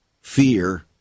Fear